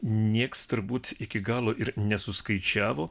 nieks turbūt iki galo ir nesuskaičiavo